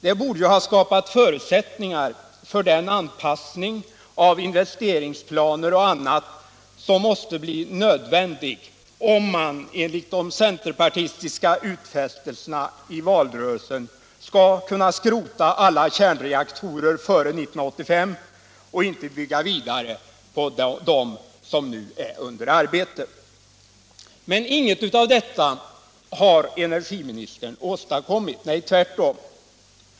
Det borde ha skapat förutsättningar för den anpassning av investeringsplaner och annat som måste bli nödvändig om man enligt de centerpartistiska utfästelserna i valrörelsen skall kunna skrota alla kärnreaktorer före 1985 och inte bygga vidare på dem som nu är under arbete. Men inget av detta har energiministern åstadkommit. Nej, tvärtom!